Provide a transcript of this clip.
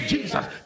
Jesus